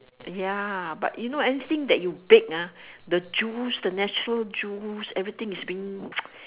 ya but you know any thing that you bake ah the juice the natural juice everything is being